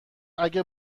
اگه